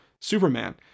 Superman